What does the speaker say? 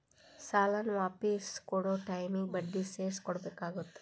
ಸಾಲಾನ ವಾಪಿಸ್ ಕೊಡೊ ಟೈಮಿಗಿ ಬಡ್ಡಿ ಸೇರ್ಸಿ ಕೊಡಬೇಕಾಗತ್ತಾ